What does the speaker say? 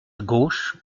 gauche